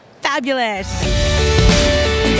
fabulous